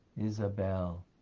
Isabel